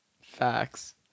Facts